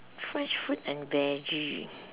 fresh fruit and veggie